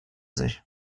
sich